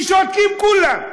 ושותקים כולם,